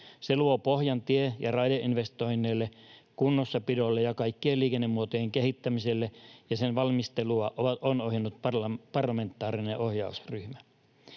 Se luo pohjan tie‑ ja raideinvestoinneille, kunnossapidolle ja kaikkien liikennemuotojen kehittämiselle, ja sen valmistelua on ohjannut parlamentaarinen ohjausryhmä.